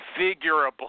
Configurable